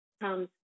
comes